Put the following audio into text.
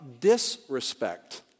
disrespect